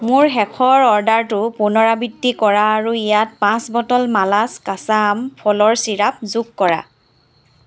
মোৰ শেষৰ অৰ্ডাৰটো পুনৰাবৃত্তি কৰা আৰু ইয়াত পাঁচ বটল মালাছ কাচা আম ফলৰ চিৰাপ যোগ কৰা